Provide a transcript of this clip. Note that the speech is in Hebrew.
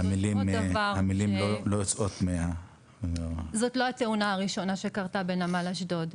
עוד דבר: זאת לא התאונה הראשונה שקרתה בנמל אשדוד.